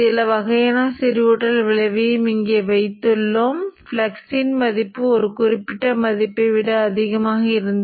இந்த மையத்திற்குள் இதே போன்ற வடிவம் உள்ளது போல இருக்கலாம் எனவே φ ஆனது மையப்பகுதிக்குள் நேரியல் முறையில் அதிகரிக்கும்